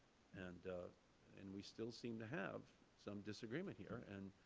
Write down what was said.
and and we still seem to have some disagreement here. and